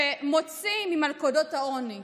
שמוציא ממלכודות העוני.